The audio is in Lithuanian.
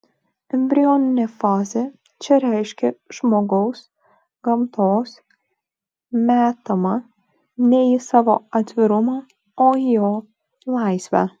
embrioninė fazė čia reiškia žmogų gamtos metamą ne į savo atvirumą o į jo laisvę